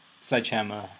Sledgehammer